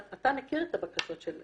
אתה מכיר את דרכי הגשת הבקשה.